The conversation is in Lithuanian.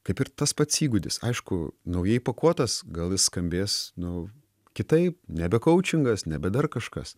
kaip ir tas pats įgūdis aišku naujai pakuotas gal jis skambės nu kitaip nebe koučingas nebe dar kažkas